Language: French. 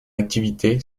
activité